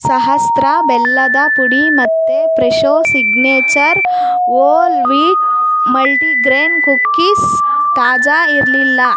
ಸಹಸ್ತ್ರ ಬೆಲ್ಲದ ಪುಡಿ ಮತ್ತು Fresho signature whole wheat multigrain cookies ತಾಜಾ ಇರಲಿಲ್ಲ